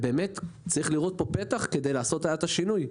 צריך לעשות את השינוי.